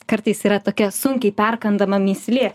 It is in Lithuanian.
kartais yra tokia sunkiai perkandama mįslė